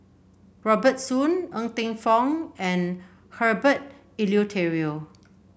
Robert Soon Ng Teng Fong and Herbert Eleuterio